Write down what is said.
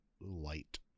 light